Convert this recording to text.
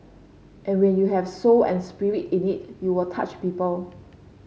and when you have soul and spirit in it you will touch people